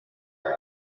room